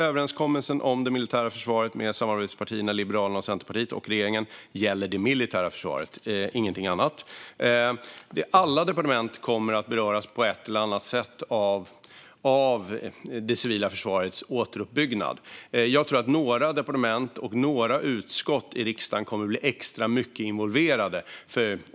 Överenskommelsen om det militära försvaret mellan samarbetspartierna, Liberalerna och Centerpartiet, och regeringen gäller det militära försvaret - ingenting annat. Alla departement kommer på ett eller annat sätt att beröras av det civila försvarets återuppbyggnad. Jag tror att några departement och några utskott i riksdagen kommer att bli extra mycket involverade.